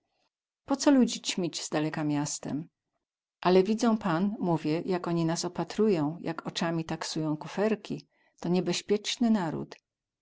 po co ludzi ćmić z daleka miastem ale widzą pan mówię jak oni nas opatrują jak ocami taksują kuferki to niebeśpiecny naród